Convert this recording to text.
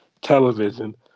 television